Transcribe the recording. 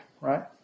right